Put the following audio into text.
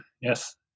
Yes